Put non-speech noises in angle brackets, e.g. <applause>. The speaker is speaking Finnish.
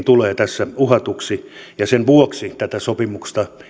<unintelligible> tulee tässä uhatuksi ja sen vuoksi tätä sopimusta